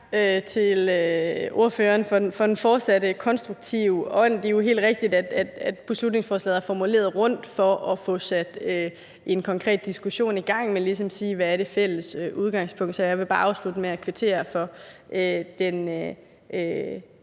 til ordføreren for den fortsatte konstruktive ånd. Det er jo helt rigtigt, at beslutningsforslaget er formuleret rundt for at få sat en konkret diskussion i gang, men ligesom at sige, hvad det fælles udgangspunkt er. Så jeg vil bare afslutte med at kvittere for den